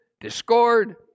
discord